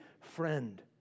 friend